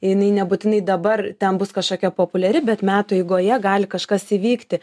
jinai nebūtinai dabar ten bus kažkokia populiari bet metų eigoje gali kažkas įvykti